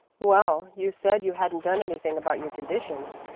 well, you said you hadn't done anything about your conditions,